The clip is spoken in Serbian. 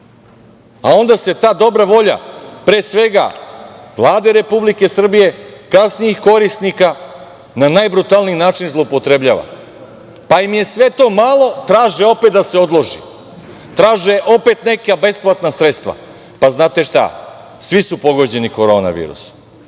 Onda se ta dobra volja, pre svega Vlade Republike Srbije, kasnijih korisnika na najbrutalniji način zloupotrebljava, pa im je sve to malo, traže opet da se odloži, traže opet neka besplatna sredstva. Znate šta? Svi su pogođeni korona virusom,